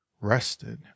rested